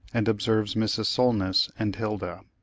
and observes mrs. solness. and hilda.